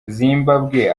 zimbabwe